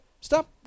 stop